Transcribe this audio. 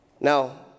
Now